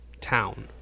town